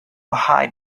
hide